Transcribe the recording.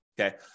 Okay